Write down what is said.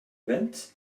went